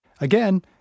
Again